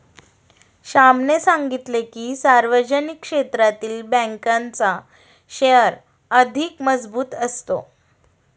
श्यामने सांगितले की, सार्वजनिक क्षेत्रातील बँकांचा शेअर अधिक मजबूत असतो